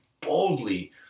boldly